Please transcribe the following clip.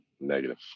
negative